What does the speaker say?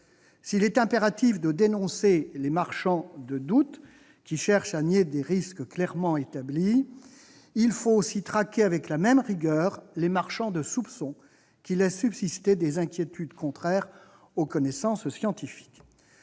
S'il est impératif de dénoncer les « marchands de doute », qui cherchent à nier des risques clairement établis, il faut aussi traquer avec la même rigueur les « marchands de soupçons », qui laissent subsister des inquiétudes contraires aux connaissances scientifiques.